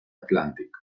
atlàntic